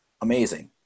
amazing